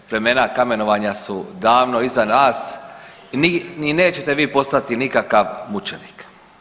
Vremena kamenovanja su davno iza nas i ni nećete vi postati nikakav mučenik.